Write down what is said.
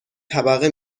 طبقه